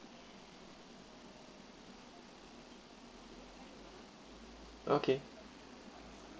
okay